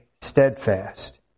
steadfast